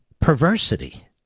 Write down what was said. perversity